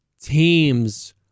teams